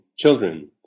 children